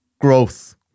growth